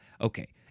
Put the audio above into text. okay